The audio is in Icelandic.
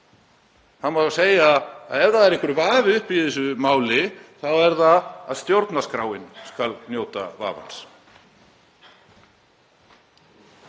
Það má segja að ef það er einhver vafi uppi í þessu máli þá er hann að stjórnarskráin skal njóta vafans.